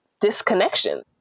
disconnection